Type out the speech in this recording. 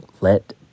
let